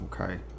Okay